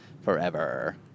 forever